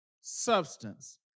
Substance